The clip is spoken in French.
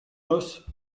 hausse